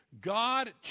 God